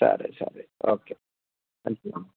సరే సరే ఓకే మంచిదమ్మ